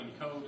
code